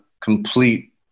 complete